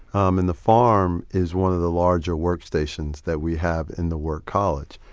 um and the farm is one of the larger work stations that we have in the work college.